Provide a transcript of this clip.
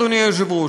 אדוני היושב-ראש,